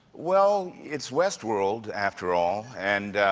well, it's westworld, after all, and,